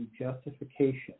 Justification